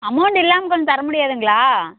amount இல்லாமல் கொஞ்ச தர முடியாதுங்களா